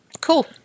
Cool